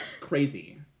crazy